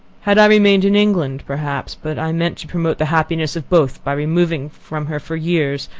had i remained in england, perhaps but i meant to promote the happiness of both by removing from her for years,